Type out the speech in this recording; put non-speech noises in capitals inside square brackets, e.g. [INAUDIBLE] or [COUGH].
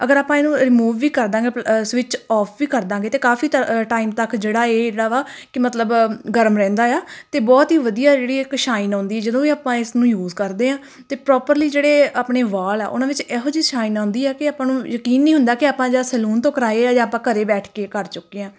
ਅਗਰ ਆਪਾਂ ਇਹ ਨੂੰ ਰਿਮੂਵ ਵੀ ਕਰ ਦਾਂਗੇ [UNINTELLIGIBLE] ਸਵਿਚ ਔਫ ਵੀ ਕਰ ਦਾਂਗੇ ਤਾਂ ਕਾਫੀ ਤ ਟਾਈਮ ਤੱਕ ਜਿਹੜਾ ਇਹ ਜਿਹੜਾ ਵਾ ਕਿ ਮਤਲਬ ਗਰਮ ਰਹਿੰਦਾ ਆ ਅਤੇ ਬਹੁਤ ਹੀ ਵਧੀਆ ਜਿਹੜੀ ਇੱਕ ਸ਼ਾਈਨ ਆਉਂਦੀ ਜਦੋਂ ਵੀ ਆਪਾਂ ਇਸ ਨੂੰ ਯੂਜ਼ ਕਰਦੇ ਹਾਂ ਅਤੇ ਪ੍ਰੋਪਰਲੀ ਜਿਹੜੇ ਆਪਣੇ ਵਾਲ ਆ ਉਹਨਾਂ ਵਿੱਚ ਇਹੋ ਜਿਹੀ ਛਾਈਨ ਆਉਂਦੀ ਹੈ ਕਿ ਆਪਾਂ ਨੂੰ ਯਕੀਨ ਨਹੀਂ ਹੁੰਦਾ ਕਿ ਆਪਾਂ ਜਾਂ ਸੈਲੂਨ ਤੋਂ ਕਰਵਾਏ ਆ ਜਾਂ ਆਪਾਂ ਘਰ ਬੈਠ ਕੇ ਕਰ ਚੁੱਕੇ ਹਾਂ